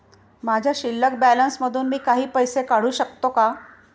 माझ्या शिल्लक बॅलन्स मधून मी काही पैसे काढू शकतो का?